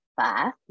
five